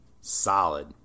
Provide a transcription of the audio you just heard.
solid